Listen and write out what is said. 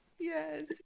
Yes